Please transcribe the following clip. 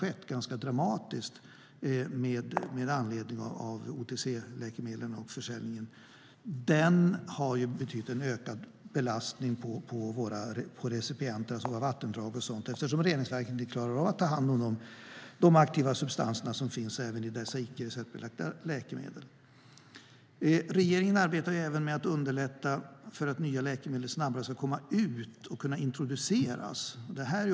Den ganska dramatiska ökningen av icke receptbelagda läkemedel har inneburit en ökad belastning på våra vattendrag, eftersom reningsverken inte klarar av att ta hand om de aktiva substanser som finns även i de icke receptbelagda läkemedlen. Regeringen arbetar också för att underlätta för nya läkemedel att snabbare kunna introduceras och komma ut.